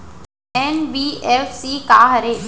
NBFC का हरे?